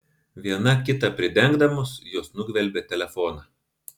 viena kitą pridengdamos jos nugvelbė telefoną